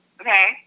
Okay